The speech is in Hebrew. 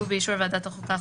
ובאישור ועדת החוקה,